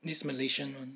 this malaysian [one]